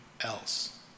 else